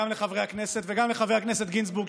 גם לחברי הכנסת וגם לחבר הכנסת גינזבורג,